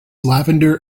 lavender